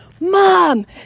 mom